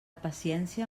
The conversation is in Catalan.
paciència